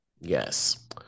Yes